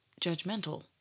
judgmental